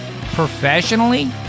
Professionally